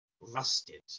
rusted